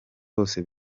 bose